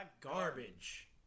garbage